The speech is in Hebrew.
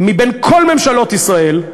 מבין כל ממשלות ישראל,